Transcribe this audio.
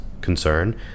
concern